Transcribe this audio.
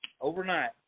overnight